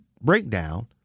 breakdown